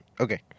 Okay